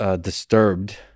Disturbed